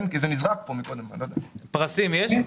פרסים יש?